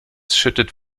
schüttet